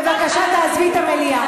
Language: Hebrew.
בבקשה, תעזבי את המליאה.